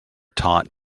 taught